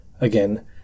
Again